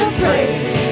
praise